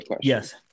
Yes